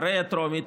אחרי הטרומית,